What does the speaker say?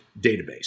database